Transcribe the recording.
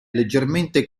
leggermente